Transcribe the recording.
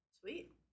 Sweet